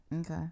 Okay